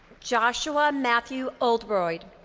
joshua matthew oldbroyd.